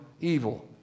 evil